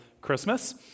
Christmas